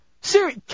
Siri